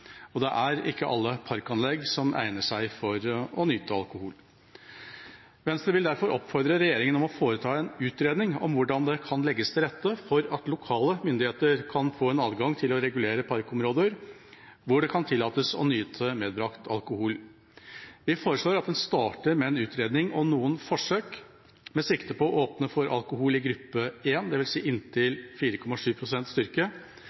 mye. Det er ikke alle parkanlegg som egner seg for å nyte alkohol i. Venstre vil derfor oppfordre regjeringa til å foreta en utredning av hvordan det kan legges til rette for at lokale myndigheter kan få adgang til å regulere parkområder hvor det kan tillates å nyte medbrakt alkohol. Vi foreslår at man starter med en utredning og noen forsøk, med sikte på å åpne for alkohol i gruppe 1, dvs. inntil 4,7 pst. styrke,